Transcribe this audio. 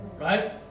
Right